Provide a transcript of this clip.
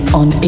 on